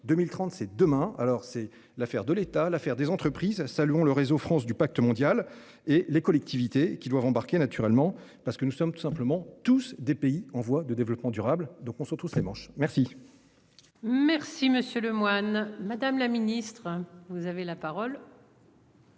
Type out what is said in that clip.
2030 c'est demain, alors c'est l'affaire de l'État. L'affaire des entreprises. Saluons le réseau France du Pacte mondial et les collectivités qui doivent embarquer naturellement parce que nous sommes tout simplement tous des pays en voie de développement durable. Donc on se retrousse les manches. Merci. Merci Monsieur Lemoine. Madame la ministre vous avez la parole.